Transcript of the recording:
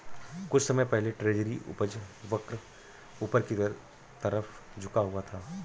कुछ समय पहले ट्रेजरी उपज वक्र ऊपर की तरफ झुका हुआ था